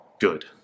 good